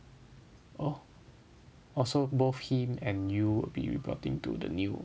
oh oh so both him and you will be reporting to the new